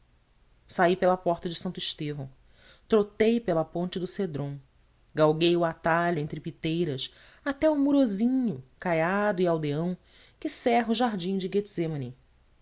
saí pela porta de santo estêvão trotei pela ponte do cédron galguei o atalho entre piteiras até ao murozinho caiado e aldeão que cerra o jardim de